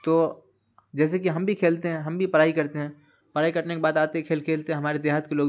تو جیسے کہ ہم بھی کھیلتے ہیں ہم بھی پڑھائی کرتے ہیں پڑھائی کرنے کے بعد آتے ہیں کھیل کھیلتے ہیں ہمارے دیہات کے لوگ